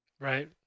Right